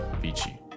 Vici